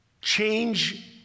change